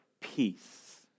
peace